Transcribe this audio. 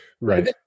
Right